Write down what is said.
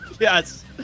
Yes